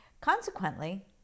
Consequently